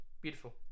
Beautiful